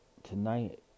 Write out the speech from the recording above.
Tonight